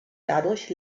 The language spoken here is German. dadurch